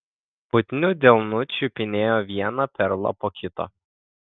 putniu delnu čiupinėjo vieną perlą po kito